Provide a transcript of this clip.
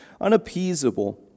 unappeasable